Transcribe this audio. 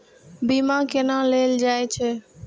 बीमा केना ले जाए छे?